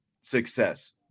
success